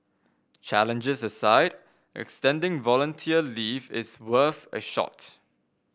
challenges aside extending volunteer leave is worth a shot